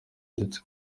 ndetse